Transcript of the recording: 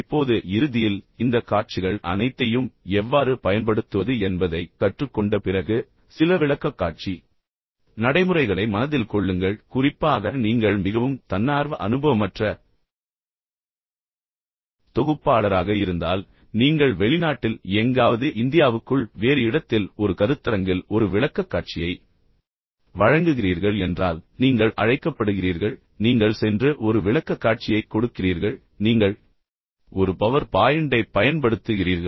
இப்போது இறுதியில் இந்த காட்சிகள் அனைத்தையும் எவ்வாறு பயன்படுத்துவது என்பதைக் கற்றுக்கொண்ட பிறகு சில விளக்கக்காட்சி நடைமுறைகளை மனதில் கொள்ளுங்கள் குறிப்பாக நீங்கள் மிகவும் தன்னார்வ அனுபவமற்ற தொகுப்பாளராக இருந்தால் நீங்கள் வெளிநாட்டில் எங்காவது இந்தியாவுக்குள் வேறு இடத்தில் ஒரு கருத்தரங்கில் ஒரு விளக்கக்காட்சியை வழங்குகிறீர்கள் என்றால் நீங்கள் அழைக்கப்படுகிறீர்கள் நீங்கள் சென்று ஒரு விளக்கக்காட்சியைக் கொடுக்கிறீர்கள் நீங்கள் ஒரு பவர் பாயிண்டைப் பயன்படுத்துகிறீர்கள்